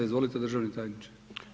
Izvolite državni tajniče.